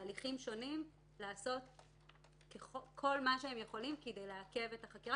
הליכים שונים לעשות כל מה שהם יכולים כדי לעכב את החקירה